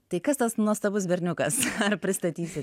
tai kas tas nuostabus berniukas ar pristatysi